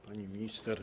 Pani Minister!